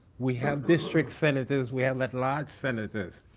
we have district senators. we have at-large senators.